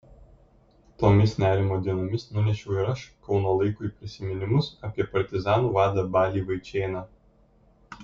tomis nerimo dienomis nunešiau ir aš kauno laikui prisiminimus apie partizanų vadą balį vaičėną